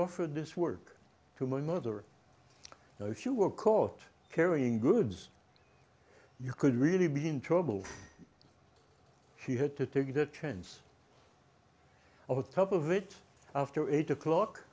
offered this work to my mother if you were caught carrying goods you could really be in trouble she had to take the chance of the top of it after eight o'clock